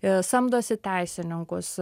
ir samdosi teisininkus